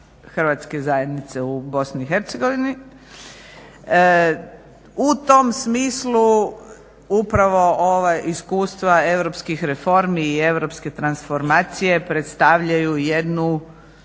hrvatske zajednice u Bosni i Hercegovini. U tom smislu upravo ova iskustva europskih reformi i europske transformacije predstavljaju jednu,